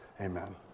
Amen